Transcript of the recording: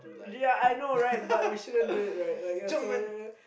yea I know right but we shouldn't do it right